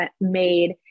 made